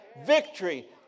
Victory